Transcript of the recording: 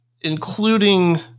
including